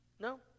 No